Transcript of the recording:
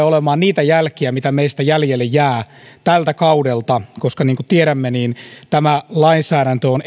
olemaan niitä jälkiä mitä meistä jäljelle jää tältä kaudelta koska niin kuin tiedämme tämä lainsäädäntö on